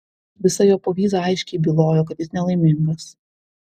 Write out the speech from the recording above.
visa jo povyza aiškiai bylojo kad jis nelaimingas